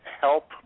help